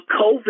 COVID